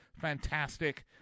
fantastic